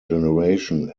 generation